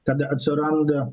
tada atsiranda